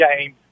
game